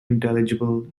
intelligible